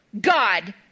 God